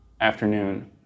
afternoon